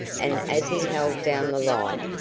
and as he held down the light,